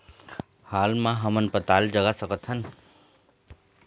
हाल मा हमन पताल जगा सकतहन?